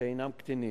שהינם קטינים.